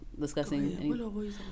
Discussing